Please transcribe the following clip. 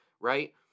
Right